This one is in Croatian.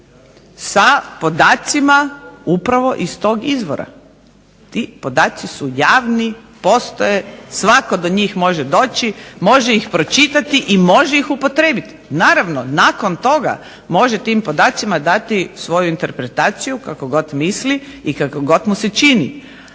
sa podacima upravo iz tog izvora. Ti podaci su javni, postoje, svatko do njih može doći, može ih pročitati i može ih upotrijebiti. Naravno nakon toga može tim podacima dati svoju interpretaciju kako god misli i kako god mu se čini.